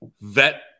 vet